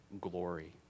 glory